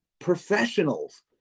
professionals